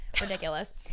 Ridiculous